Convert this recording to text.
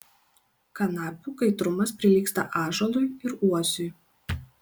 kanapių kaitrumas prilygsta ąžuolui ir uosiui